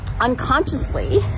unconsciously